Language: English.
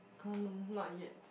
uh no not yet